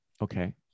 Okay